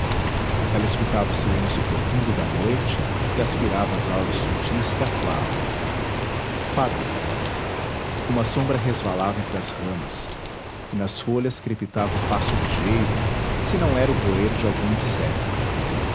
ela escutava o silêncio profundo da noite e aspirava as auras sutis que aflavam parou uma sombra resvalava entre as ramas e nas folhas crepitava um passo ligeiro se não era o roer de algum inseto